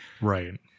Right